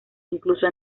incluso